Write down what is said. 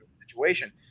situation